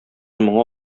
моңа